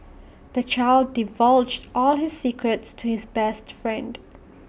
the child divulged all his secrets to his best friend